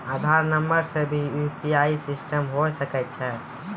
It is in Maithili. आधार नंबर से भी यु.पी.आई सिस्टम होय सकैय छै?